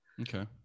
Okay